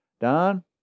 Don